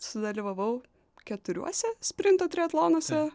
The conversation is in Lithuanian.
sudalyvavau keturiuose sprinto triatlonuose